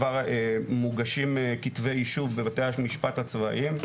כבר מוגשים כתבי אישום בבתי המשפט הצבאיים.